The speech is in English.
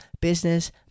Business